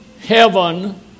heaven